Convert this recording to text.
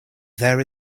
there